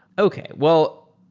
okay. well,